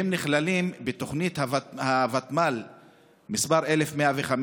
והם נכללים בתוכנית הוותמ"ל מס' 1105,